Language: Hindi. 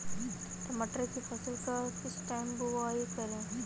मटर की फसल का किस टाइम बुवाई करें?